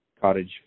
cottage